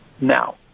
now